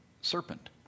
serpent